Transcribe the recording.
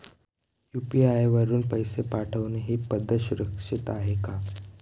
UPI वापरून पैसे पाठवणे ही पद्धत सुरक्षित आहे का?